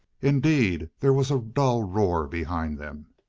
indeed, there was a dull roar behind them.